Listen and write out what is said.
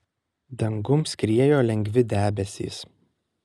dangum skriejo lengvi debesys